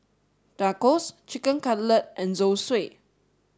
Tacos Chicken Cutlet and Zosui